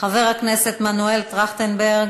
חבר הכנסת אראל מרגלית,